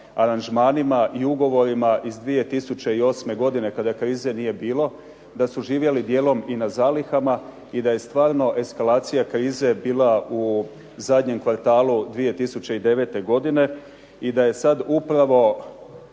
aranžmanima i ugovorima iz 2008. godine kada krize nije bilo, da su živjeli djelom i na zalihama i da je stvarno eskalacija krize bila u zadnjem kvartalu 2009. godine i da je sada upravo